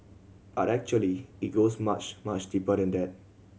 but actually it goes much much deeper than that